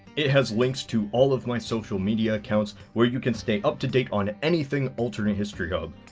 it has links to all of my social media accounts, where you can stay up to date on anything altering history hub.